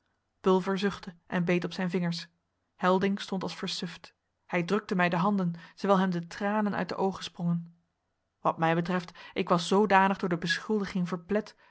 zuchtte en beet op zijn vingers helding stond als versuft hij drukte mij de handen terwijl hem de tranen uit de oogen sprongen wat mij betreft ik was zoodanig door de beschuldiging